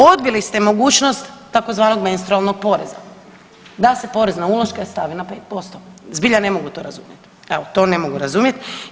Odbili ste mogućnost tzv. menstrualnog poreza, da se porez na uloške stavi na 5%, zbilja ne mogu to razumjet, evo to ne mogu razumjet.